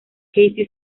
casey